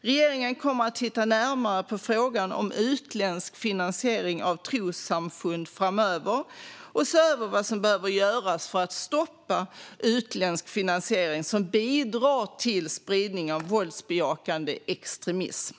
Regeringen kommer att titta närmare på frågan om utländsk finansiering av trossamfund framöver och se över vad som behöver göras för att stoppa utländsk finansiering som bidrar till spridning av våldsbejakande extremism.